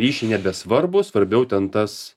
ryšiai nebesvarbūs svarbiau ten tas